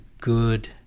good